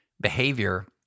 behavior